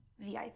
VIP